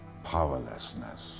Powerlessness